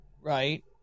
right